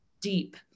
deep